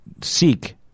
seek